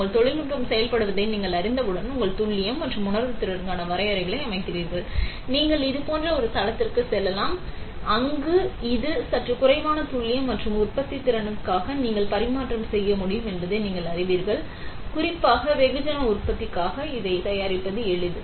உங்கள் தொழில்நுட்பம் செயல்படுவதை நீங்கள் அறிந்தவுடன் உங்கள் துல்லியம் மற்றும் உணர்திறனுக்கான வரையறைகளை அமைக்கிறீர்கள் நீங்கள் இது போன்ற ஒரு தளத்திற்கு செல்லலாம் அங்கு இது சற்று குறைவான துல்லியம் மற்றும் உற்பத்தித்திறனுக்காக நீங்கள் பரிமாற்றம் செய்ய முடியும் என்பதை நீங்கள் அறிவீர்கள் குறிப்பாக வெகுஜன உற்பத்திக்காக இதை தயாரிப்பது எளிது